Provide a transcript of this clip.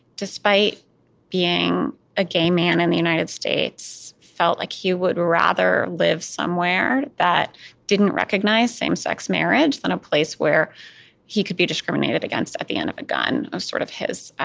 despite being a gay man in the united states, felt like he would rather live somewhere that didn't recognize same-sex marriage than a place where he could be discriminated against at the end of a gun was sort of his